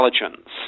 intelligence